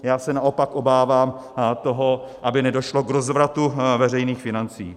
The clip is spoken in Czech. Já se naopak obávám toho, aby nedošlo k rozvratu veřejných financí.